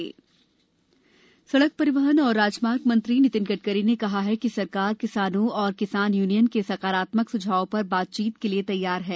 गडकरी किसान बिल् सडक परिवहन और राजमार्ग मंत्री नितिन गडकरी ने कहा है कि सरकार किसानों और किसान यूनियनों के सकारात्मक स्झावों पर बातचीत के लिए तैयार है